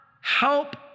Help